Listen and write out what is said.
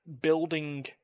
building